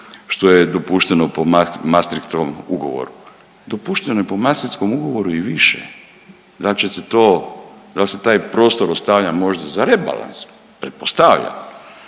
što je dopušteno po Maastrichtovom ugovoru. Dopušteno je po Maastrichtskom ugovoru i više. Da li ćete to, da li se taj prostor ostavlja možda za rebalans, pretpostavljam.